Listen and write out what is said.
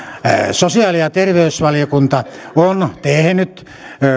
sosiaali ja terveysvaliokunta on tehnyt